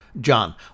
John